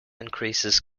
increases